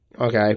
Okay